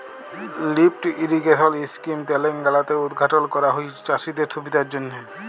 lift irrigation scheme তেলেঙ্গালাতে উদঘাটল ক্যরা হঁয়েছে চাষীদের সুবিধার জ্যনহে